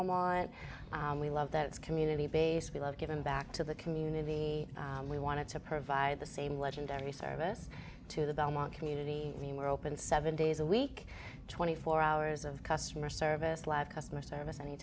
and we love that community basically love giving back to the community we want to provide the same legendary service to the belmont community i mean we're open seven days a week twenty four hours of customer service live customer service any